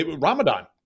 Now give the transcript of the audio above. Ramadan